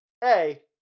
hey